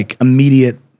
immediate